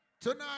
Tonight